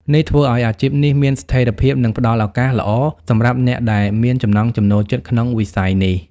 នេះធ្វើឱ្យអាជីពនេះមានស្ថិរភាព និងផ្តល់ឱកាសល្អសម្រាប់អ្នកដែលមានចំណង់ចំណូលចិត្តក្នុងវិស័យនេះ។